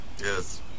Yes